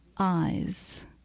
eyes